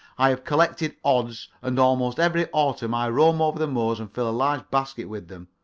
i have collected odds, and almost every autumn i roam over the moors and fill a large basket with them,